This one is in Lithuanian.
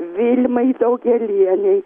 vilmai daugėlienei